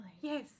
Yes